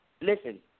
Listen